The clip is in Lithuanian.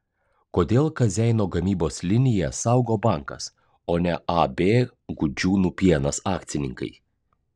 kodėl kazeino gamybos liniją saugo bankas o ne ab gudžiūnų pienas akcininkai